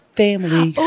family